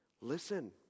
Listen